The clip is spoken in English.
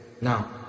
now